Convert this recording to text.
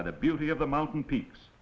by the beauty of the mountain peaks